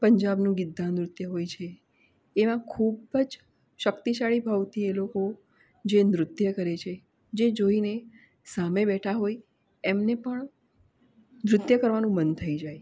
પંજાબનું ગિધા નૃત્ય હોય છે એવા ખૂબ જ શક્તિશાળી ભાવથી એ લોકો જે નૃત્ય કરે છે જે જોઈને સામે બેઠાં હોય એમને પણ નૃત્ય કરવાનું મન થઈ જાય